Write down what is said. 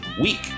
week